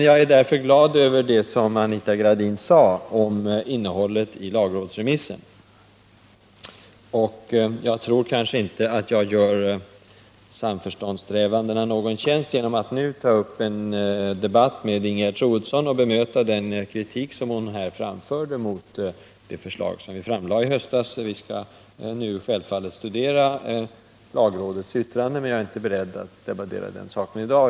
Jag är glad över vad Anita Gradin sade om innehållet i lagrådsremissen, men jag tror inte att jag gör samförståndssträvandena någon tjänst genom att nu ta upp en debatt med Ingegerd Troedsson och bemöta den kritik som hon riktar mot det förslag som vi lade fram i höstas. Vi skall nu självfallet studera lagrådets yttrande, men jag är inte beredd att diskutera den saken i dag.